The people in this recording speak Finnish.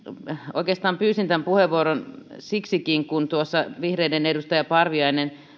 oikeastaan pyysin tämän puheenvuoron siksikin kun tuossa vihreiden edustaja parviainen